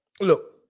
look